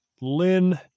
Lynn